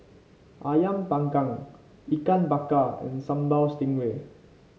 ayam panggang Ikan Bakar and Sambal Stingray